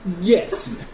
Yes